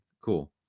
cool